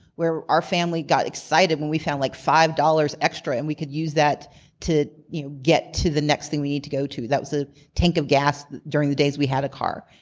where our family got excited when we found like five dollars. zero extra, and we could use that to you know get to the next thing we need to go to. that was a tank of gas during the days we had a car.